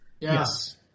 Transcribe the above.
Yes